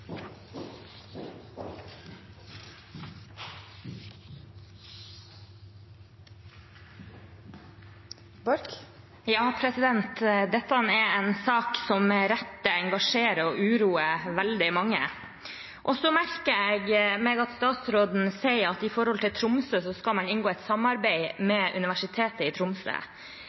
Dette er en sak som med rette engasjerer og uroer veldig mange. Jeg merker meg at statsråden sier at for Tromsø skal man inngå et samarbeid med Universitetet i Tromsø.